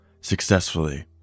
successfully